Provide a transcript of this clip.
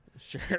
Sure